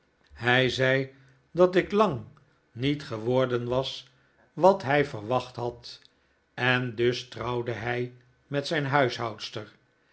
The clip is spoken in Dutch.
hij zei dat ik lang niet geworden was wat hij verwacht had en dus trouwde hij met zijn